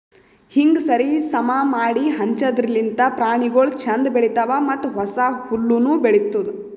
ಹೀಂಗ್ ಸರಿ ಸಮಾ ಮಾಡಿ ಹಂಚದಿರ್ಲಿಂತ್ ಪ್ರಾಣಿಗೊಳ್ ಛಂದ್ ಬೆಳಿತಾವ್ ಮತ್ತ ಹೊಸ ಹುಲ್ಲುನು ಬೆಳಿತ್ತುದ್